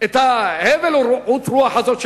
ההבל ורעות הרוח האלה,